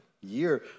year